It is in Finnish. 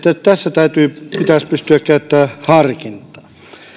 tässä pitäisi pystyä käyttämään harkintaa